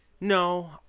No